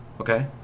okay